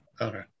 Okay